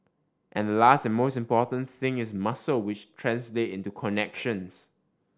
and last and most important thing is muscle which translate into connections